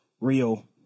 real